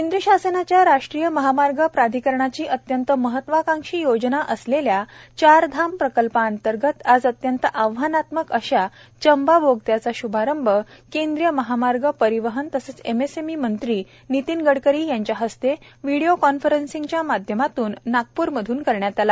केंद्र शासनाच्या राष्ट्रीय महामार्ग प्राधिकरणाची अत्यंत महत्त्वाकांक्षी योजना असलेल्या चार धाम प्रकल्पाअंतर्गत आज अत्यंत आव्हानात्मक अशा चंबा बोगदयाचा शभारंभ केंद्रीय महामार्ग परिवहन तसेच एमएसएमई मंत्री नितीन गडकरी यांच्या हस्ते व्हिडिओ कॉन्फरसिंगच्या माध्यमातून नागपूर मधून करण्यात आला